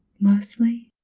mostly.